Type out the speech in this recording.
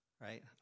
right